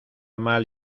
mal